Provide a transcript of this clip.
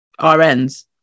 RNs